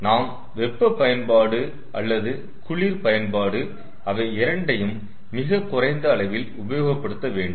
நாம் வெப்ப பயன்பாடு அல்லது குளிர் பயன்பாடு அவை இரண்டையும் மிகக் குறைந்த அளவில் உபயோகப்படுத்த வேண்டும்